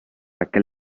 aquel